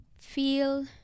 Feel